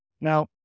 Now